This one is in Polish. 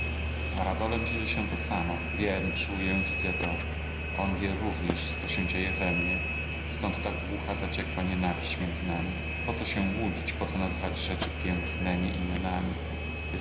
z varadolem dzieje się to samo wiem czuję widzę to on wie również co się dzieje we mnie stąd ta głucha zaciekła nienawiść między nami po co się łudzić po co nazywać rzeczy pięknemi imionami